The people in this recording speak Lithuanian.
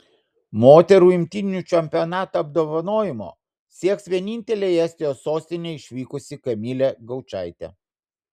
moterų imtynių čempionato apdovanojimo sieks vienintelė į estijos sostinę išvykusi kamilė gaučaitė